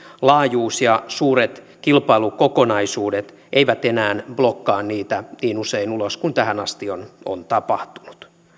laajuus ja suuret kilpailukokonaisuudet eivät enää blokkaa niitä niin usein ulos kuin tähän asti on on tapahtunut